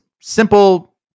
simple